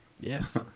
Yes